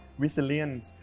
resilience